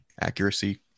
accuracy